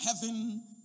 heaven